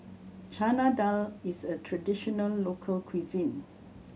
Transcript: Chana Dal is a traditional local cuisine